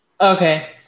Okay